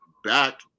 back